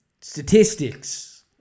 Statistics